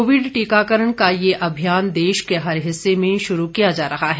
Covid टीकाकरण का यह अभियान देश के हर हिस्से में शुरू किया जा रहा है